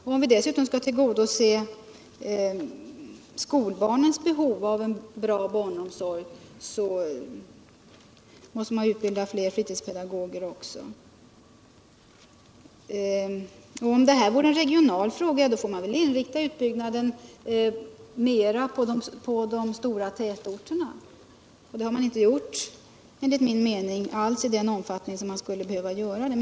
Skall vi dessutom kunna tillgodose skolbarnens behov av bra barnomsorg måste fler fritidspedagoger utbildas. Ärdeltta en regional fråga, får man väl inrikta utbyggnaden mera på de stora tätorterna. Detta har man enligt min mening inte gjort i den omfattning som man skulle behöva göra.